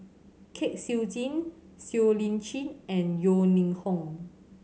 Kwek Siew Jin Siow Lee Chin and Yeo Ning Hong